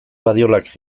badiolak